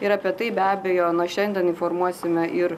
ir apie tai be abejo nuo šiandien informuosime ir